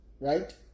right